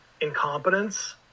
incompetence